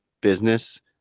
business